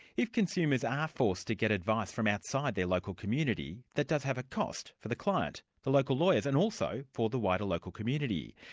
if consumers are forced to get advice from outside their local community, that does have a cost for the client, the local lawyers, and also for the wider local community.